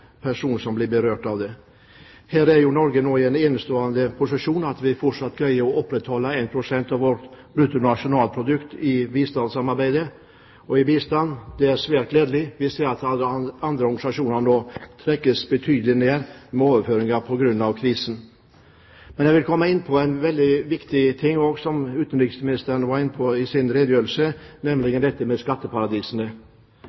person som blir berørt av det. Her er jo Norge i den enestående posisjon at vi fortsatt greier å opprettholde 1 pst. av vårt bruttonasjonalprodukt i bistandssamarbeid og i bistand. Det er svært gledelig. Vi ser at andre organisasjoners overføringer nå trekkes betydelig ned på grunn av krisen. Jeg vil komme inn på en veldig viktig ting som også utenriksministeren var inne på i sin redegjørelse, nemlig